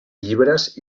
llibres